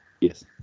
Yes